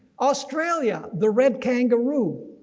australia, the red kangaroo.